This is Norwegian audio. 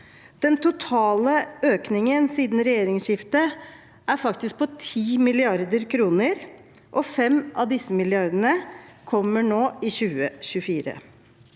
Den totale økningen siden regjeringsskiftet er faktisk på 10 mrd. kr, og 5 av disse milliardene kommer nå i 2024.